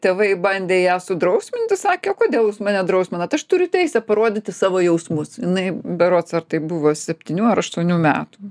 tėvai bandė ją sudrausminti sakė o kodėl jūs mane drausminat aš turiu teisę parodyti savo jausmus jinai berods ar tai buvo septynių ar aštuonių metų